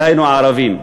דהיינו הערבים.